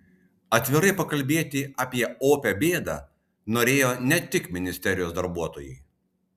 atvirai pakalbėti apie opią bėdą norėjo ne tik ministerijos darbuotojai